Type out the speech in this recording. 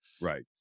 Right